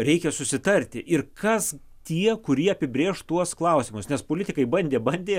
reikia susitarti ir kas tie kurie apibrėš tuos klausimus nes politikai bandė bandė